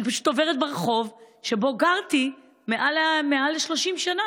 אני פשוט עוברת ברחוב שבו גרתי מעל 30 שנה,